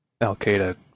al-Qaeda